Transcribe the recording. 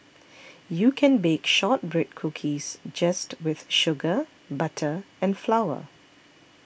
you can bake Shortbread Cookies just with sugar butter and flour